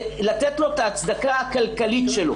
לתת לו את ההצדקה הכלכלית שלו.